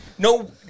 No